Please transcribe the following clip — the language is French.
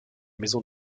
maison